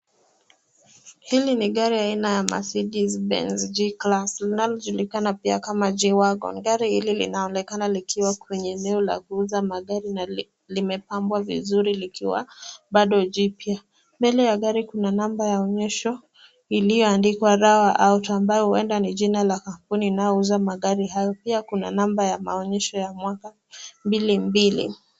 Hili ni gari aina ya Mercedes Benz G-Class linalojulikana pia kama G-Wagon . Gari hili linaonekana likiwa kwenye eneo la kuuza magari na limepambwa vizuri likiwa bado jipya. Mbele ya gari kuna namba ya onyesho iliyoandikwa Rawa Auto huenda ni jina la kampuni inayouza magari hayo. Pia kuna namba ya maonyesho ya mwaka 22.